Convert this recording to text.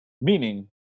Meaning